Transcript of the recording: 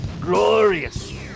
Glorious